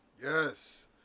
Yes